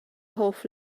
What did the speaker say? hoff